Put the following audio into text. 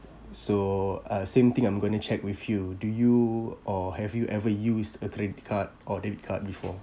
so uh same thing I'm going to check with you do you or have you ever used a credit card or debit card before